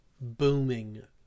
booming